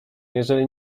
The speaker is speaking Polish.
jeżeli